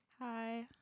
hi